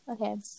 Okay